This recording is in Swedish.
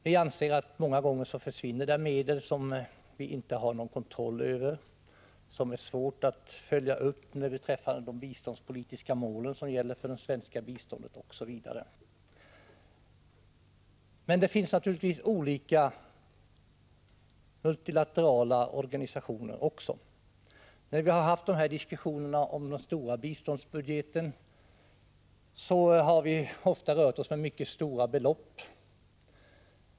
Vi anser att många gånger försvinner där medel som vi inte har någon kontroll över, att det är svårt att följa upp de biståndspolitiska mål som gäller för det svenska biståndet, osv. Men det finns naturligtvis multilaterala organisationer av olika slag. När vi diskuterar den stora biståndsbudgeten, rör vi oss ofta med mycket stora belopp.